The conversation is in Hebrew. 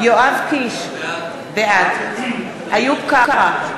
יואב קיש, בעד איוב קרא,